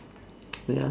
ya